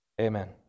Amen